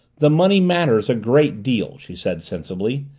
the money matters a great deal, she said, sensibly.